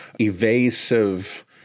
evasive